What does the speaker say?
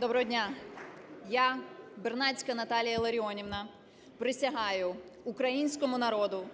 Добрий день! Я, Басалаєва Алла Валентинівна, присягаю українському народу